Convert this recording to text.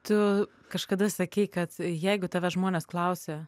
tu kažkada sakei kad jeigu tavęs žmonės klausia